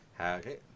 okay